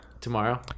tomorrow